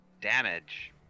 damage